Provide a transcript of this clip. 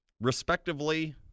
respectively